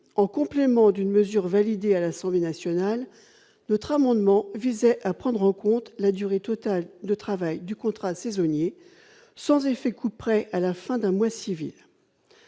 en complément d'une mesure validés à l'Assemblée nationale, notre amendement visait à prendre en compte la durée totale de travail du contrat saisonnier sans effet couperet à la fin d'un mois civil.